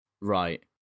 Right